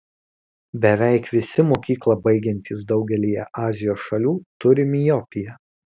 beveik visi mokyklą baigiantys daugelyje azijos šalių turi miopiją